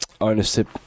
ownership